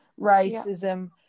racism